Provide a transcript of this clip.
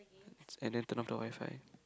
and then turn off the WiFi